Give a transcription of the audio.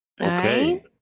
okay